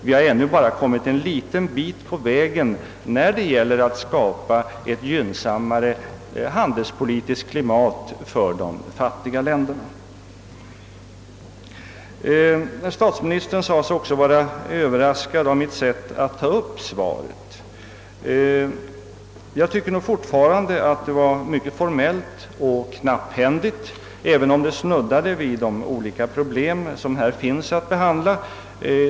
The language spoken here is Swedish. Vi har ännu bara kommit en liten bit på vägen när det gäller att skapa ett gynnsammare handelspolitiskt klimat för de fattiga länderna. Statsministern sade sig också vara överraskad av mitt sätt att ta upp svaret. Jag tycker fortfarande att det var mycket formellt och knapphändigt även om det snuddade vid de olika problem som här finns att behandla.